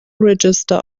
register